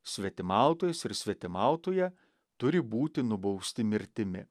svetimautojas ir svetimautoja turi būti nubausti mirtimi